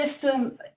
system